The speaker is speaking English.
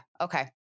Okay